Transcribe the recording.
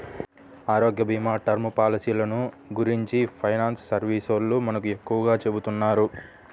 ఆరోగ్యభీమా, టర్మ్ పాలసీలను గురించి ఫైనాన్స్ సర్వీసోల్లు మనకు ఎక్కువగా చెబుతున్నారు